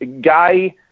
guy